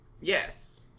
Yes